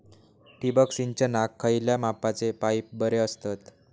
ठिबक सिंचनाक खयल्या मापाचे पाईप बरे असतत?